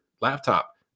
laptop